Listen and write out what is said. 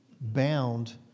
bound